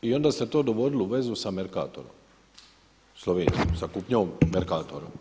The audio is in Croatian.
I onda se to dovodilo u vezu sa Mercatorom, Slovenijom, sa kupnjom Mercatora.